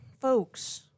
folks